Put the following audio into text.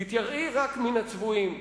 תתייראי רק מן הצבועים,